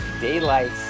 Daylight